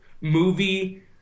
movie